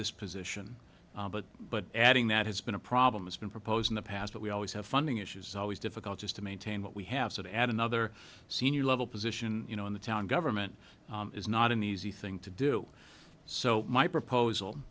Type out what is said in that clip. this position but adding that has been a problem has been proposed in the past but we always have funding issues always difficult just to maintain what we have to add another senior level position you know in the town government is not an easy thing to do so my proposal